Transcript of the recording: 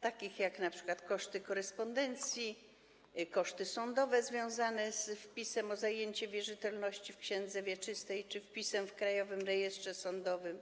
takich jak np. koszty korespondencji, koszty sądowe związane z wpisem o zajęcie wierzytelności w księdze wieczystej czy wpisem w Krajowym Rejestrze Sądowym.